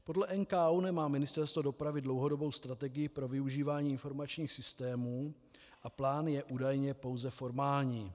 Podle NKÚ nemá Ministerstvo dopravy dlouhodobou strategii pro využívání informačních systémů a plán je údajně pouze formální.